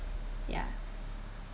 yeah